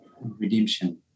redemption